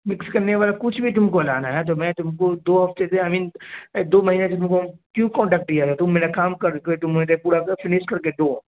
mix کرنے والا کچھ بھی تم کو لانا ہے تو میں تم کو دو ہفتے سے آئی مین دو مہینے سے تم کو کیوں کنٹیکٹ دیا تھا ہے تم میرا کام کر کے تم پورا فنش کر کے دو